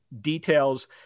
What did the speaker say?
details